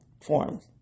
forms